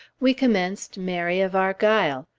we commenced mary of argyle.